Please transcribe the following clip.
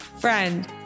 Friend